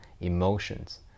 emotions